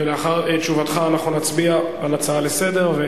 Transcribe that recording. לאחר תשובתך אנחנו נצביע על הצעה לסדר-היום,